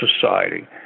society